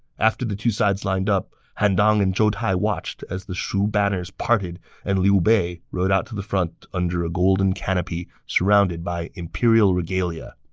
after the two sides lined up, han dang and zhou tai watched as the shu banners parted and liu bei rode out to the front under a golden canopy, surrounded by imperial regalia.